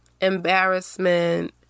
embarrassment